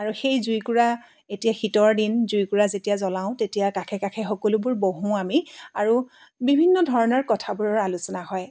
আৰু এই জুইকোৰা এতিয়া শীতৰ দিন জুইকোৰা যেতিয়া জ্ৱলাওঁ তেতিয়া কাষে কাষে সকলোবোৰ বহোঁ আমি আৰু বিভিন্ন ধৰণৰ কথাবোৰৰ আলোচনা হয়